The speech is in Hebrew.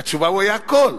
התשובה: הוא היה הכול,